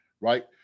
right